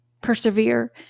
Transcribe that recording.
persevere